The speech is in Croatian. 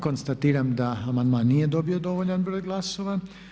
Konstatiram da amandman nije dobio dovoljan broj glasova.